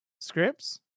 scripts